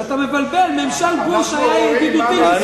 אתה מבלבל, ממשל בוש היה ידידותי לישראל.